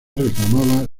reclamaba